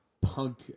punk